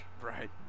Right